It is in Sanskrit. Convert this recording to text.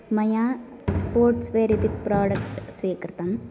मया स्पोर्टस्वेर् इति प्रोडक्ट् स्वीकृतम्